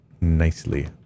nicely